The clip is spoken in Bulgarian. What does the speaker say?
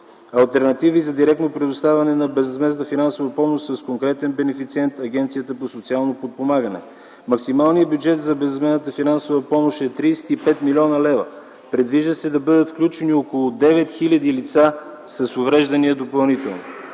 „Алтернативи за директно предоставяне на безвъзмездна финансова помощ” с конкретен бенефициент Агенцията по социално подпомагане. Максималният бюджет за безвъзмездната финансова помощ е 35 млн. лв. Предвижда се да бъдат включени допълнително около 9 хил. лица с увреждания. Дейността по